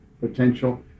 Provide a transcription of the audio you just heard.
potential